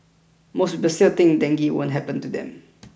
most people still think dengue won't happen to them